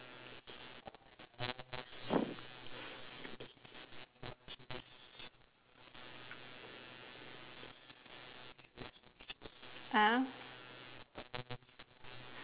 !huh!